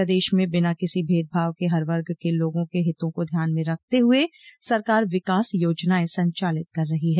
प्रदेश में बिना किसी भेदभाव के हर वर्ग के लोगों के हितों को ध्यान में रखते हुए सरकार विकास योजनाएं संचालित कर रही है